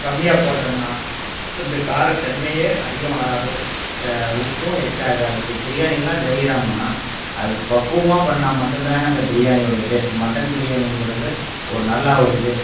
கம்மியாக போட்டமுன்னா இந்த கார தன்மையே அதிகம் வராது உப்பும் எக்ச்சா ஆகாது இப்போ பிரியாணியெலாம் செய்கிறமுன்னா அதுக்கு பக்குவமாக பண்ணால் மட்டும் தாங்க அந்த பிரியாணியோடைய டேஸ்ட் மட்டன் பிரியாணிங்கிறது ஒரு நல்லா ஒரு இது